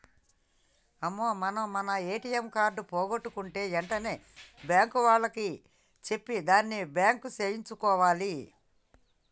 అమ్మో మనం మన ఏటీఎం కార్డు పోగొట్టుకుంటే వెంటనే బ్యాంకు వాళ్లకి చెప్పి దాన్ని బ్లాక్ సేయించుకోవాలి